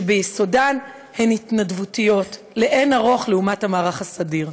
שביסודן הן התנדבותיות לאין ערוך לעומת המערך הסדיר.